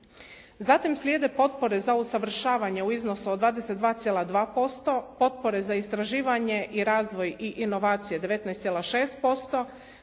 Zatim slijede potpore za usavršavanje u iznosu od 22,2%, potpore za istraživanje, razvoj i inovacije 19,6%,